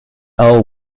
earl